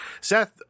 Seth